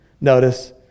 Notice